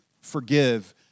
forgive